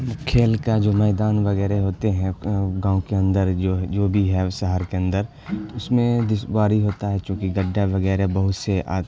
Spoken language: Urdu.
کھیل کا جو میدان وغیرہ ہوتے ہیں گاؤں کے اندر جو جو بھی ہے شہر کے اندر اس میں دس بواری ہوتا ہے چونکہ گڈھا وغیرہ بہت سے